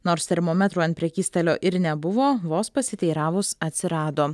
nors termometrų ant prekystalio ir nebuvo vos pasiteiravus atsirado